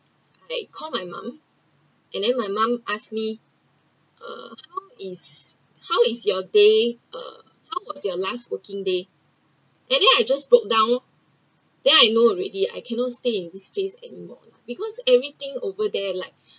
I called my mum and then my mum asked me uh how is how is your day uh how was your last working day and then I just broke down then I know already I cannot stay in this case any more lah because everything over there like